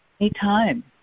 anytime